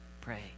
pray